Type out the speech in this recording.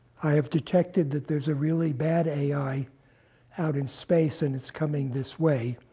i have detected that there's a really bad ai out in space, and it's coming this way,